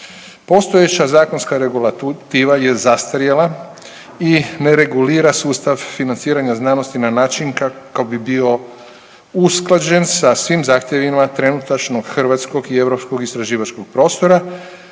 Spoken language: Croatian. Postojeća zakonska regulativa je zastarjela i ne regulira sustav financiranja znanosti na način kako bi bio usklađen sa svim zahtjevima trenutačno hrvatskog i europskog istraživačkog prostora,